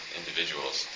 individuals